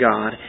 God